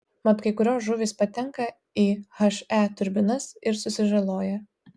mat kai kurios žuvys patenka į he turbinas ir susižaloja